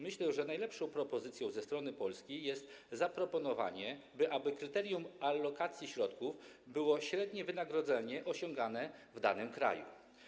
Myślę, że najlepszą propozycją ze strony Polski jest zaproponowanie, aby kryterium alokacji środków było średnie wynagrodzenie osiągane w danym kraju.